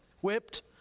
whipped